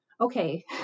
okay